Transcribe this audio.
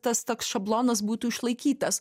tas toks šablonas būtų išlaikytas